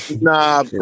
Nah